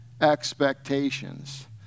expectations